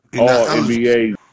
all-NBA